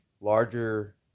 larger